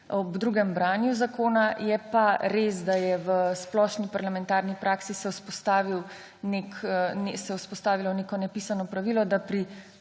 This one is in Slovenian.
ob drugem branju zakona, je pa res, da se je v splošni parlamentarni praksi vzpostavilo neko nepisano pravilo, da pri